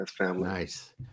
Nice